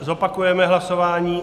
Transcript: Zopakujeme hlasování.